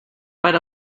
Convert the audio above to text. per